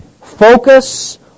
focus